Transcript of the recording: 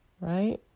right